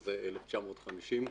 1950,